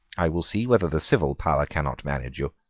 i will see whether the civil power cannot manage you.